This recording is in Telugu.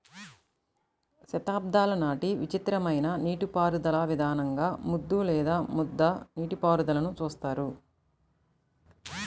శతాబ్దాల నాటి విచిత్రమైన నీటిపారుదల విధానంగా ముద్దు లేదా ముద్ద నీటిపారుదలని చూస్తారు